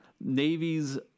Navy's